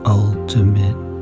ultimate